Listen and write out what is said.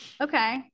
Okay